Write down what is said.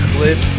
Cliff